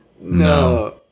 no